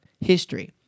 history